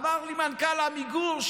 אמר לי מנכ"ל עמיגור,